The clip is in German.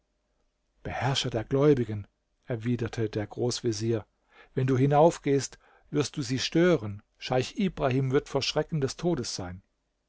beherrscher der gläubigen erwiderte der großvezier wenn du hinaufgehst wirst du sie stören scheich ibrahim wird vor schrecken des todes sein